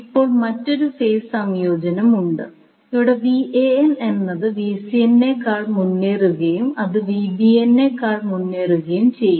ഇപ്പോൾ മറ്റൊരു ഫേസ് സംയോജനമുണ്ട് അവിടെ എന്നത് നേക്കാൾ മുന്നേറുകയും അത് നേക്കാൾ മുന്നേറുകയും ചെയ്യും